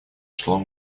число